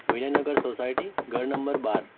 Vinaynagar society ઘર number બાર